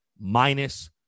minus